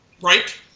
right